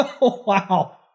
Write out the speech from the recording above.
Wow